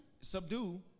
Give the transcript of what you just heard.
Subdue